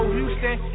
Houston